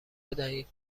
بدهید